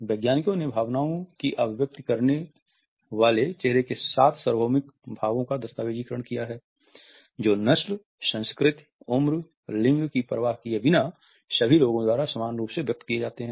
वैज्ञानिकों ने भावनाओं की अभिव्यक्ति करने वाले चेहरे के सात सार्वभौमिक भावों का दस्तावेजीकरण किया है जो नस्ल संस्कृति उम्र या लिंग की परवाह किए बिना सभी लोगों द्वारा समान रूप से व्यक्त किए जाते हैं